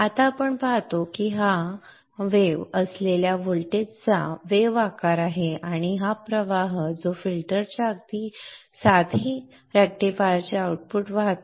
आता आपण पाहतो की हा वेव्ह असलेल्या व्होल्टेजचा वेव्ह आकार आहे आणि हा प्रवाह आहे जो फिल्टरच्या अगदी आधी रेक्टिफायरचे आउटपुट वाहतो